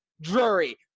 Drury